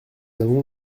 avons